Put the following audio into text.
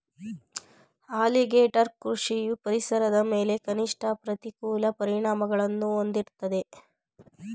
alligator ಕೃಷಿಯು ಪರಿಸರದ ಮೇಲೆ ಕನಿಷ್ಠ ಪ್ರತಿಕೂಲ ಪರಿಣಾಮಗಳನ್ನು ಹೊಂದಿರ್ತದೆ